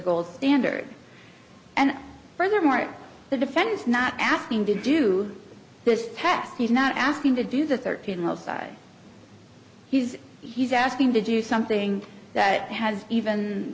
gold standard and furthermore the defendant's not asking to do this test he's not asking to do the thirteen love side he's he's asking to do something that has even